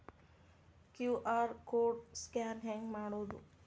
QR code scan ಹೆಂಗ್ ಮಾಡೋದು?